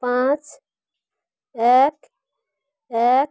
পাঁচ এক এক